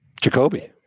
Jacoby